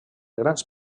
grans